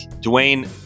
Dwayne